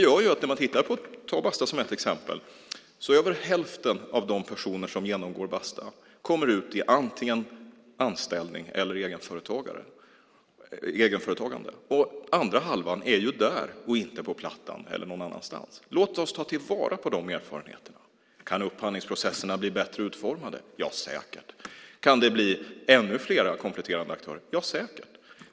När man tittar på Basta, som ett exempel, ser man att över hälften av de personer som genomgår Basta kommer ut i antingen anställning eller egenföretagande. Den andra halvan är ju där, och inte på Plattan eller någon annanstans. Låt oss ta till vara de erfarenheterna! Kan upphandlingsprocesserna bli bättre utformade? Ja, säkert. Kan det bli ännu fler kompletterande aktörer? Ja, säkert.